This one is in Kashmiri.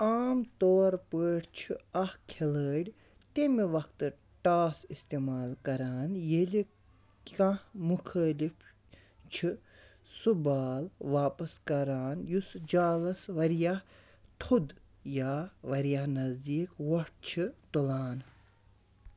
عام طور پٲٹھۍ چھُ اَکھ کھِلٲڑۍ تَمہِ وَقتہٕ ٹاس استعمال کران ییٚلہِ کانٛہہ مُخٲلِف چھِ سُہ بال واپَس کران یُس سُہ جالَس واریاہ تھوٚد یا واریاہ نزدیٖک وۄٹھ چھِ تُلان